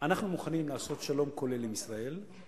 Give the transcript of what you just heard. אנחנו מוכנים לעשות שלום כולל עם ישראל,